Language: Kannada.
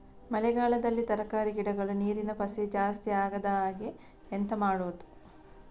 ಮಳೆಗಾಲದಲ್ಲಿ ತರಕಾರಿ ಗಿಡಗಳು ನೀರಿನ ಪಸೆ ಜಾಸ್ತಿ ಆಗದಹಾಗೆ ಎಂತ ಮಾಡುದು?